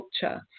culture